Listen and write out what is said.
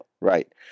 Right